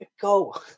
go